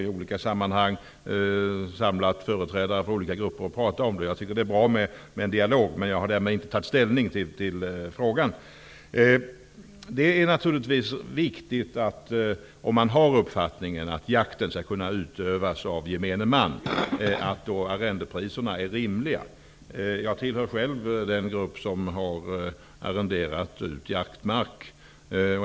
I olika sammanhang har jag samlat företrädare för olika grupper för diskussion, och jag tycker att dialoger är bra. Men jag har inte tagit ställning till själva sakfrågan. Om man har uppfattningen att jakt skall kunna utövas av gemene man, är det angeläget att arrendepriserna är rimliga. Jag tillhör själv den grupp som arrenderar ut jaktmark.